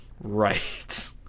Right